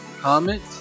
comment